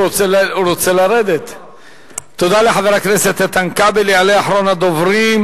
יעלה אחרון הדוברים,